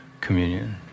Communion